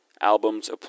Albums